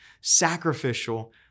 sacrificial